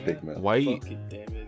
White